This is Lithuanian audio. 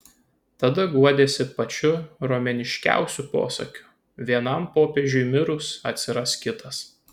tada guodiesi pačiu romėniškiausiu posakiu vienam popiežiui mirus atsiras kitas